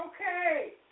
Okay